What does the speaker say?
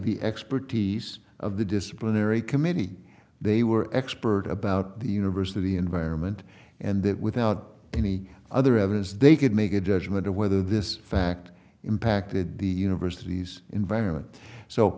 the expertise of the disciplinary committee they were expert about the university environment and that without any other evidence they could make a judgment of whether this fact impacted the university's environment so